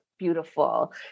Beautiful